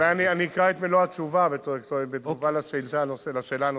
אולי אני אקרא את מלוא התשובה בתגובה על השאלה הנוספת.